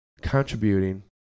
contributing